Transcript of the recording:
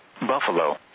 Buffalo